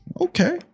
okay